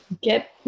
get